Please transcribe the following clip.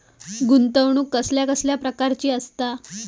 गुंतवणूक कसल्या कसल्या प्रकाराची असता?